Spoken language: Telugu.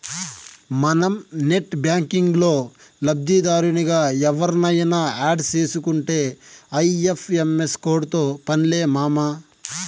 మనం నెట్ బ్యాంకిల్లో లబ్దిదారునిగా ఎవుర్నయిన యాడ్ సేసుకుంటే ఐ.ఎఫ్.ఎం.ఎస్ కోడ్తో పన్లే మామా